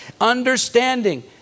Understanding